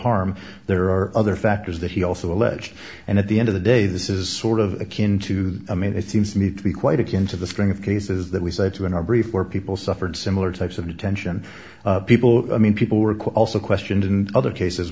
harm there are other factors that he also alleged and at the end of the day this is sort of akin to i mean it seems to me to be quite akin to the string of cases that we said to in our brief where people suffered similar types of detention people i mean people were quite also questioned in other cases